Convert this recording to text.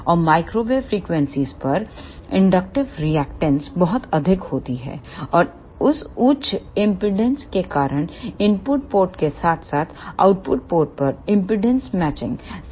और माइक्रोवेव फ्रीक्वेंसीयों पर इंडक्टिव रिएक्टेंस बहुत अधिक होती है और इस उच्च एमपीडांस के कारण इनपुट पोर्ट के साथ साथ आउटपुट पोर्ट पर इंपेडेंस मैचिंग समस्या होगी